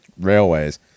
railways